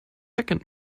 second